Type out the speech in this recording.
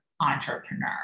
entrepreneur